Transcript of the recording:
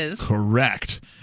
Correct